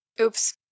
Oops